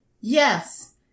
Yes